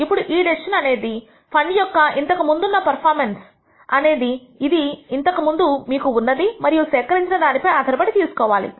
ఇప్పుడు ఈ డెసిషన్ అనేది ఫండ్ యొక్క ఇంతకుముందు ఉన్న పెర్ఫామెన్స్ అనేది ఇది ఇంతకు ముందు మీకు ఉన్నది మరియు సేకరించిన దాని పైన ఆధారపడి తీసుకోవాలి